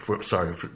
sorry